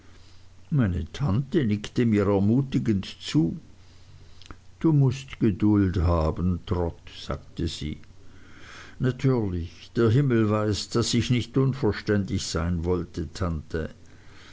meine tante nickte mir ermutigend zu du mußt geduld haben trot sagte sie natürlich der himmel weiß daß ich nicht unverständig sein wollte tante